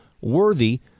worthy